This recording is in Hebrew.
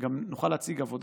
גם נוכל להציג עבודה,